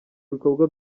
ibikorwa